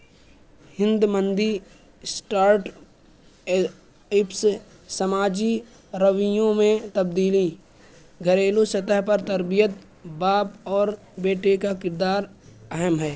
ہند مندی startups سماجی رویوں میں تبدیلی گھریلو سطح پر تربیت باپ اور بیٹے کا کردار اہم ہے